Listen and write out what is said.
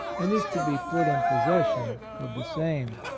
and is to be put in possession of the same.